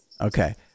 Okay